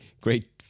great